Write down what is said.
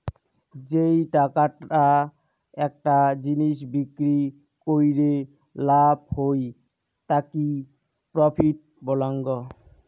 যেই টাকাটা একটা জিনিস বিক্রি কইরে লাভ হই তাকি প্রফিট বলাঙ্গ